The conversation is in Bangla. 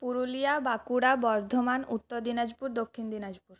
পুরুলিয়া বাঁকুড়া বর্ধমান উত্তর দিনাজপুর দক্ষিণ দিনাজপুর